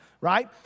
right